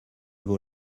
vaut